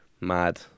mad